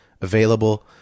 available